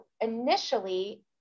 initially